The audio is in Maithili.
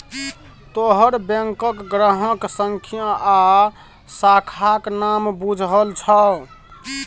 तोहर बैंकक ग्राहक संख्या आ शाखाक नाम बुझल छौ